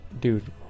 dude